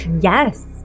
Yes